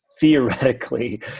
theoretically